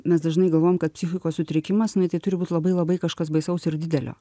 mes dažnai galvojam kad psichikos sutrikimas nai tai turi būt labai labai kažkas baisaus ir didelio